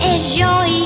Enjoy